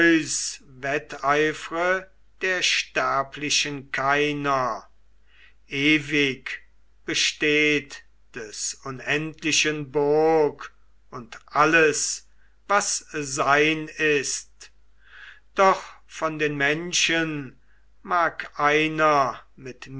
der sterblichen keiner ewig besteht des unendlichen burg und alles was sein ist doch von den menschen mag einer mit